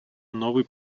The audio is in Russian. новый